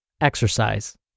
Exercise